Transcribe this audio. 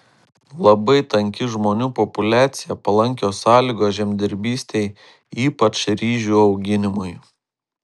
labai tanki žmonių populiacija palankios sąlygos žemdirbystei ypač ryžių auginimui